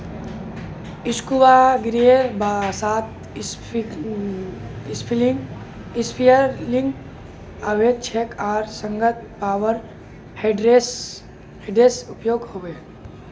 scuba गियरेर साथ spearfishing अवैध छेक आर संगह पावर हेड्सेर उपयोगो